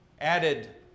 added